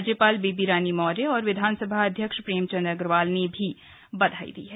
राज्यपाल बेबी रानी मौर्य और विधानसभा अध्यक्ष प्रेमचंद अग्रवाल ने भी बधाई दी है